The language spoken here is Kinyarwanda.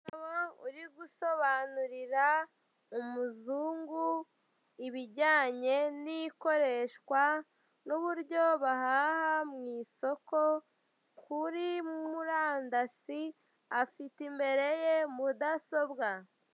Umugabo uri gusobanurira umuzungu ibijyanye n'ikoreshwa n'uburyo baha mu isoko kuri murandashi, afite imbere ye mudasobwa.